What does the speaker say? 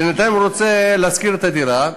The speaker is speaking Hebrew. ובינתיים הוא רוצה להשכיר את הדירה.